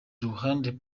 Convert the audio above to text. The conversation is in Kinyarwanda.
ruhande